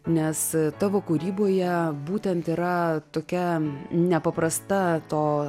nes tavo kūryboje būtent yra tokia nepaprasta to